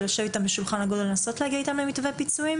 לשבת איתם בשולחן עגול ולנסות להגיע למתווה פיצויים?